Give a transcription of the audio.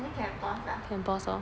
I think can pause lah